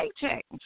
paycheck